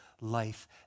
life